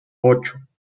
ocho